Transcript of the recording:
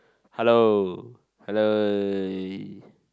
hello hello